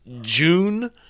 June